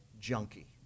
junkie